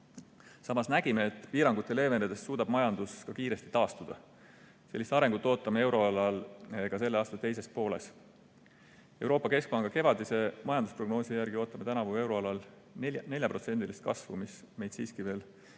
Samas nägime, et piirangute leevenedes suudab majandus ka kiiresti taastuda. Sellist arengut ootame euroalal ka selle aasta teises pooles. Euroopa Keskpanga kevadise majandusprognoosi järgi ootame tänavu euroalal 4%-list kasvu, mis meid siiski veel